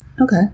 Okay